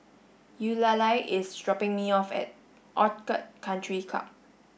Eulalie is dropping me off at Orchid Country Club